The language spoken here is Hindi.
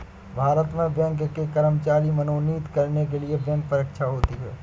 भारत में बैंक के कर्मचारी मनोनीत करने के लिए बैंक परीक्षा होती है